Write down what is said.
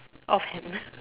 off hand